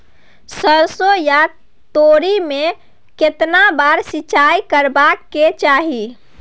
सरसो या तोरी में केतना बार सिंचाई करबा के चाही?